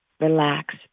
relax